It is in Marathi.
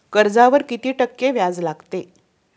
कर्जावर किती टक्के व्याज लागते?